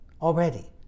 already